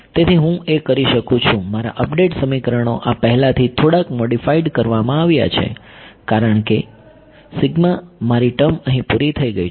તેથી હું એ કરી શકું છું મારા અપડેટ સમીકરણો આ પહેલાથી થોડાક મોડીફાઈડ કરવામાં આવ્યા છે કારણ કે મારી ટર્મ અહી પૂરી થઈ ગઈ છે